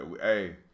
Hey